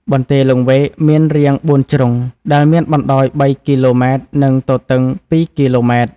បន្ទាយលង្វែកមានរាងបួនជ្រុង ដែលមានបណ្ដោយ ៣ គីឡូម៉ែត្រ និងទទឹង ២ គីឡូម៉ែត្រ។